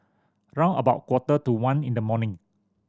round about quarter to one in the morning